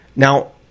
Now